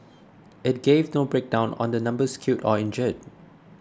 it gave no breakdown on the numbers killed or injured